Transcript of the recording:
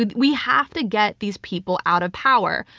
we have to get these people out of power.